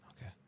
Okay